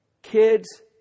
Kids